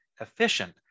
efficient